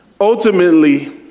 Ultimately